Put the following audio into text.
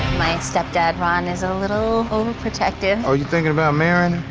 my step dad ron is a little. over protective. are you thinking about marrying?